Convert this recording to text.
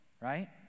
right